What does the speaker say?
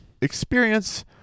experience